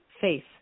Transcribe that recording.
faith